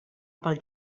pel